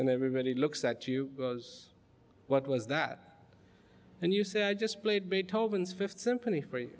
and everybody looks at you as what was that and you say i just played beethoven's fifth symphony three